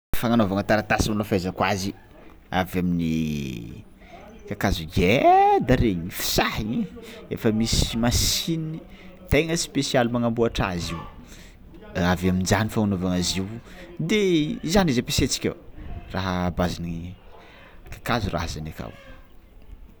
Fagnanaovana taratasy io maz fahaizako azy, avy amin' ny kakazo ngeda regny fisdahana efa misy masiny tegna spesialy magnamboatra azy io avy aminjagny fô anaovana azy io, zany izy io ampiasaitsika io, raha bazin'ny kakazo raha asany akao.